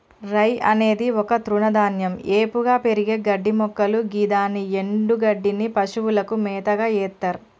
రై అనేది ఒక తృణధాన్యం ఏపుగా పెరిగే గడ్డిమొక్కలు గిదాని ఎన్డుగడ్డిని పశువులకు మేతగ ఎత్తర్